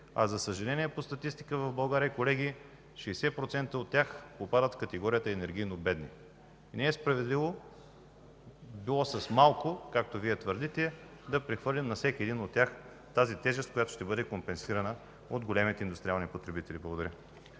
за съжаление, по статистика в България 60% от тях попадат в категорията енергийно бедни. Не е справедливо, било с малко, както Вие твърдите, да прехвърлим на всеки един от тях тежестта, която ще бъде компенсирана от големите индустриални потребители. Благодаря.